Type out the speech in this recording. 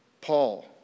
Paul